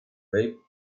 waived